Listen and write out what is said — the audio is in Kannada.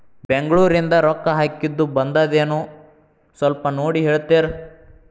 ಬೆಂಗ್ಳೂರಿಂದ ರೊಕ್ಕ ಹಾಕ್ಕಿದ್ದು ಬಂದದೇನೊ ಸ್ವಲ್ಪ ನೋಡಿ ಹೇಳ್ತೇರ?